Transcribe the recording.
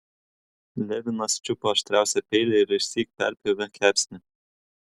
levinas čiupo aštriausią peilį ir išsyk perpjovė kepsnį